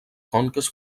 conques